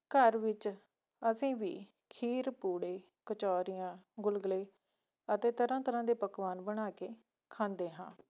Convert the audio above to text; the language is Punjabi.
ਘਰ ਵਿੱਚ ਅਸੀਂ ਵੀ ਖੀਰ ਪੂੜੇ ਕਚੌਰੀਆਂ ਗੁਲਗੁਲੇ ਅਤੇ ਤਰ੍ਹਾਂ ਤਰ੍ਹਾਂ ਦੇ ਪਕਵਾਨ ਬਣਾ ਕੇ ਖਾਂਦੇ ਹਾਂ